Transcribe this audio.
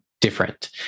different